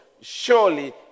surely